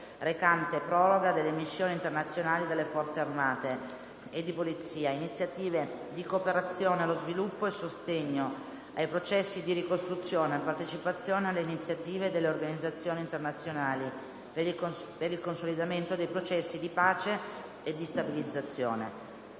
recante proroga delle missioni internazionali delle Forze armate e di polizia, iniziative di cooperazione allo sviluppo e sostegno ai processi di ricostruzione e partecipazione alle iniziative delle organizzazioni internazionali per il consolidamento dei processi di pace e di stabilizzazione***